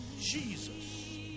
Jesus